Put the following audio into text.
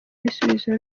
ibisubizo